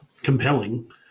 compelling